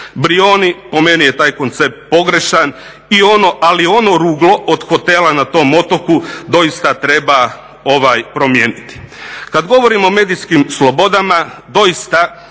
Brijuni, po meni je taj koncept pogrešan ali ono ruglo od hotela na tom otoku doista treba promijeniti. Kad govorim o medijskim slobodama, doista